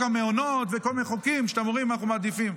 המעונות וכל מיני חוקים שאתם אומרים שאנחנו מעדיפים.